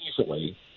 easily